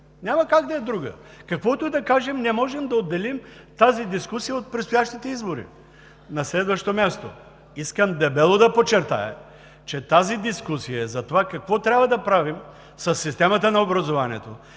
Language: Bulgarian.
няма как да е друга. Каквото и да кажем, не можем да отделим тази дискусия от предстоящите избори. На следващо място – искам дебело да подчертая, че дискусията за това, какво трябва да правим със системата на образованието,